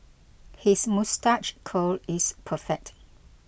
his moustache curl is perfect